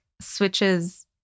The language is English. switches